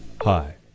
Hi